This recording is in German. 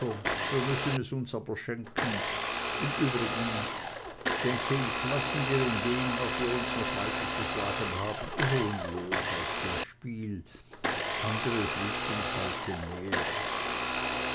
wir müssen es uns aber schenken im übrigen denk ich lassen wir in dem was wir uns noch weiter zu sagen haben die hohenlohes aus dem spiel andres liegt uns heute näher